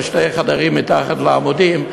של שני חדרים מתחת לעמודים,